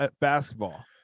basketball